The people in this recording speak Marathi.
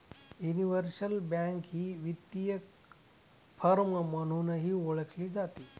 युनिव्हर्सल बँक ही वित्तीय फर्म म्हणूनही ओळखली जाते